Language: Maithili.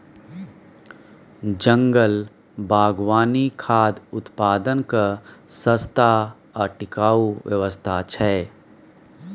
जंगल बागवानी खाद्य उत्पादनक सस्ता आ टिकाऊ व्यवस्था छै